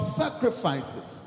sacrifices